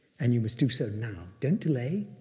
and you must do so now. don't delay,